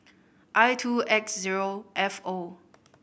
I two X zero F O